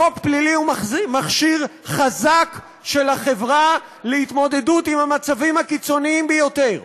חוק פלילי הוא מכשיר חזק של החברה להתמודדות עם המצבים הקיצוניים ביותר.